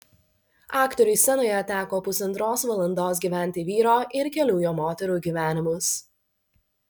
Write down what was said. aktoriui scenoje teko pusantros valandos gyventi vyro ir kelių jo moterų gyvenimus